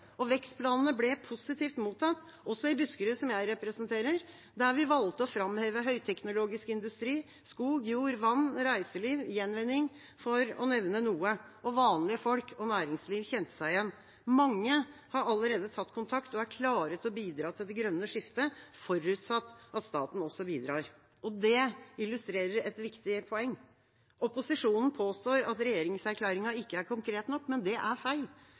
Og vekstplanene ble positivt mottatt, også i Buskerud, som jeg representerer, der vi valgte å framheve høyteknologisk industri, skog, jord, vann, reiseliv, gjenvinning – for å nevne noe. Og vanlige folk og næringsliv kjente seg igjen. Mange har allerede tatt kontakt og er klare til å bidra til det grønne skiftet, forutsatt at staten også bidrar. Det illustrerer et viktig poeng. Opposisjonen påstår at regjeringserklæringen ikke er konkret nok, men det er feil.